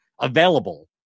available